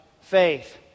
faith